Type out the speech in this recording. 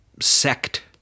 sect